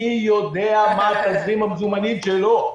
מי יודע מה תזרים המזומנים שלו?